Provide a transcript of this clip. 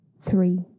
three